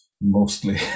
mostly